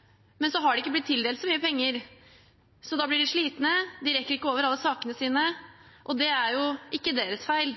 er jo ikke deres feil,